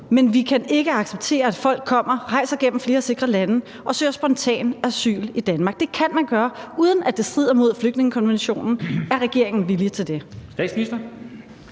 men vi kan ikke acceptere, at folk rejser gennem flere sikre lande og kommer og søger spontant asyl i Danmark? Det kan man indføre, uden det strider mod flygtningekonventionen. Er regeringen villig til det?